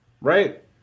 right